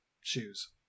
shoes